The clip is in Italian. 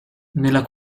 nella